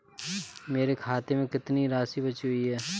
मेरे खाते में कितनी राशि बची हुई है?